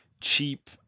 cheap